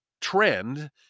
trend